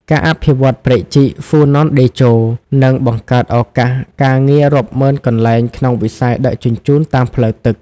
ការអភិវឌ្ឍព្រែកជីក "ហ្វូណនតេជោ" នឹងបង្កើតឱកាសការងាររាប់ម៉ឺនកន្លែងក្នុងវិស័យដឹកជញ្ជូនតាមផ្លូវទឹក។